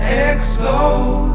explode